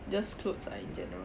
just clothes ah in general